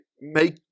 make